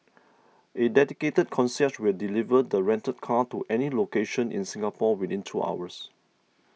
a dedicated concierge will deliver the rented car to any location in Singapore within two hours